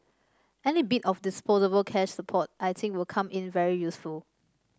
any bit of disposable cash support I think will come in very useful